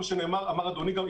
כפי שאמר אדוני גם,